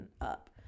up